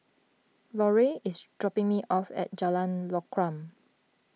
Larae is dropping me off at Jalan Lokam